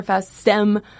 STEM